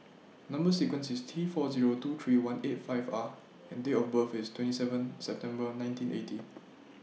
Number sequence IS T four Zero two three one eight five R and Date of birth IS twenty seven September nineteen eighty